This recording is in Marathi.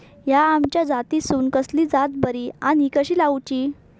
हया आम्याच्या जातीनिसून कसली जात बरी आनी कशी लाऊची?